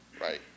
right